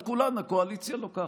את כולן הקואליציה לוקחת.